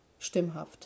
stimmhaft